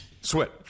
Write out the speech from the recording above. Sweat